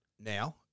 now